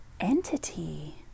entity